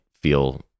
feel